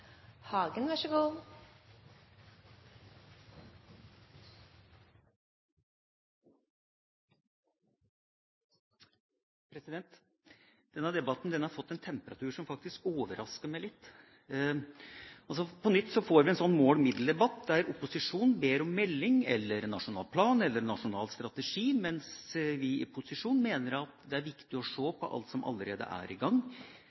Denne debatten har fått en temperatur som faktisk overrasker meg litt. På nytt får vi en mål–middel-debatt, der opposisjonen ber om melding – eller nasjonal plan, eller strategi – mens vi i posisjonen mener det er viktig å se på alt som allerede er i gang,